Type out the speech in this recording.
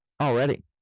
already